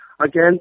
Again